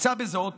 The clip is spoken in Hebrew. מוצע בזאת